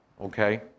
okay